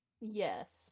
Yes